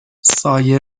سایه